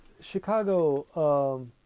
chicago